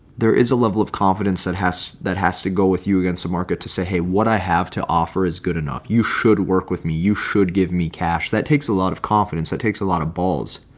there is a level of confidence that has that has to go with you against the market to say, hey, what i have to offer is good enough, you should work with me, you should give me cash. that takes a lot of confidence that takes a lot of balls.